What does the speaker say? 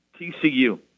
TCU